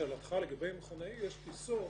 לשאלתך לגבי מכונאי, יש טיסות,